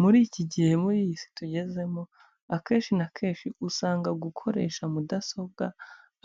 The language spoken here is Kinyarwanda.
Muri iki gihe muri iyi si tugezemo, akenshi na kenshi usanga gukoresha mudasobwa